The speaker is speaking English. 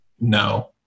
No